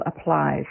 applies